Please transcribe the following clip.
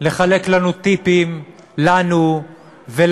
לחלק לנו טיפים, לנו ולילדים,